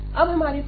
अब हमारे पास